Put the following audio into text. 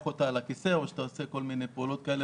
אותה על הכיסא או עושה כל מיני פעולות.